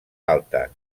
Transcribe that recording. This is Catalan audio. alta